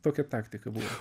tokia taktika buvo